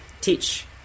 teach